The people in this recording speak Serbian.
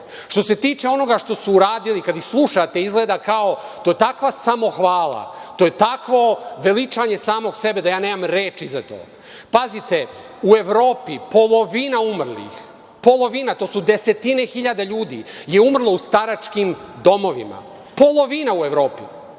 se tiče onoga što su uradili, kada ih slušate, to je takva samohvala, to je takvo veličanje samog sebe da ja nemam reči za to. Pazite, u Evropi polovina umrlih, polovina, to su desetine hiljada ljudi, je umrlo u staračkim domovima, polovina u Evropi.